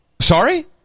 Sorry